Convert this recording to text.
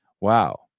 Wow